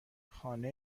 خانه